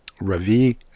Ravi